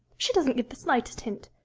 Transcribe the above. she doesn't give the slightest hint.